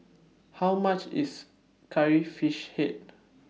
How much IS Curry Fish Head